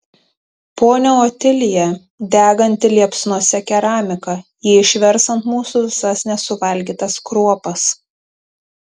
ponia otilija deganti liepsnose keramika ji išvers ant mūsų visas nesuvalgytas kruopas